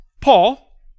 Paul